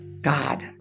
God